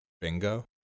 Bingo